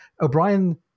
O'Brien